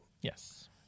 Yes